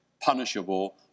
punishable